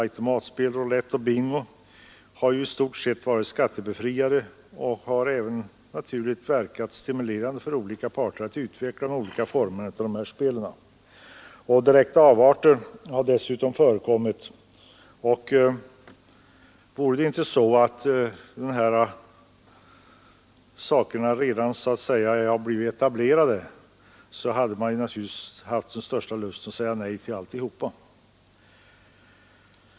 Automatspel, roulett och bingo har i stort sett varit skattebefriade, vilket naturligtvis har stimulerat personer att utveckla formerna för dessa spel. Direkta avarter har dessutom förekom mit. Vore inte dessa spelformer redan etablerade skulle man ju helst velat säga nej till alltsammans.